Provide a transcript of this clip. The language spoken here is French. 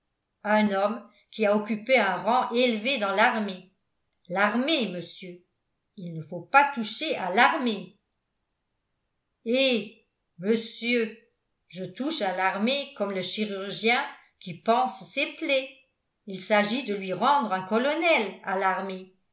un homme qui a occupé un rang élevé dans l'armée l'armée monsieur il ne faut pas toucher à l'armée eh monsieur je touche à l'armée comme le chirurgien qui panse ses plaies il s'agit de lui rendre un colonel